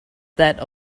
that